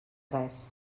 res